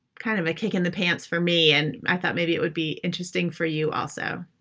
kind of a kick in the pants for me and i thought maybe it would be interesting for you also.